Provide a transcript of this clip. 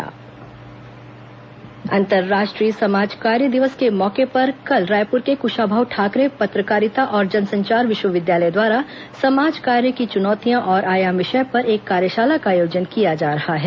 कुशाभाऊ विवि कार्यशाला अंतर्राष्ट्रीय समाजकार्य दिवस के मौके पर कल रायपुर के कृशाभाऊ ठाकरे पत्रकारिता और जनसंचार विश्वविद्यालय द्वारा समाज कार्य की चुनौतियां औरं आयाम विषय पर एक कार्यशाला का आयोजन किया जा रहा है